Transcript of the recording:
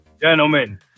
Gentlemen